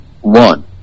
one